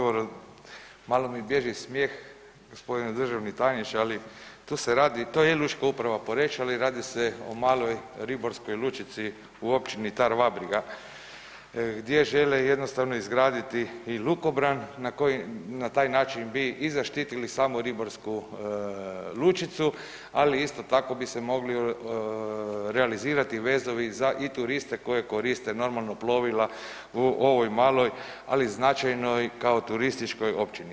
Hvala vam na odgovoru, malo mi bježi smijeh gospodine državni tajniče, ali tu se radi, to je Lučka uprava Poreč, ali radi se o maloj ribarskoj lučici u općini Tar-Vabriga gdje žele jednostavno izgraditi i lukobran na koji, na taj način bi i zaštitili samu ribarsku lučicu, ali isto tako bi se mogli realizirati vezovi za i turiste koji koriste normalno plovila u ovoj maloj, ali značajnoj kao turističkoj općini.